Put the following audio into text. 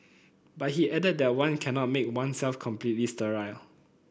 but he added that one cannot make oneself completely sterile